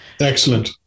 excellent